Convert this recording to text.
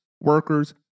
workers